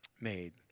made